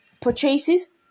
purchases